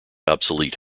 obsolete